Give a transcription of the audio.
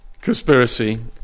conspiracy